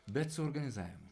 bet su organizavimu